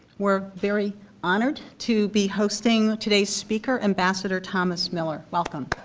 we're very honored to be hosting today's speaker, ambassador thomas miller, welcome.